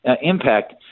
impact